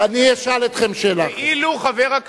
אני אשאל אתכם שאלה אחר כך.